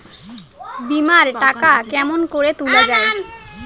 বিমা এর টাকা কেমন করি তুলা য়ায়?